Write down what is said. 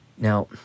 Now